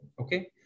okay